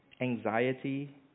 anxiety